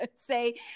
say